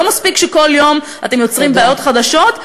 לא מספיק שבכל יום אתם יוצרים בעיות חדשות,